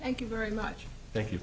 thank you very much thank you